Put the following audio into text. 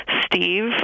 steve